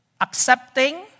accepting